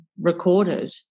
recorded